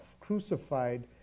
crucified